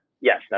Yes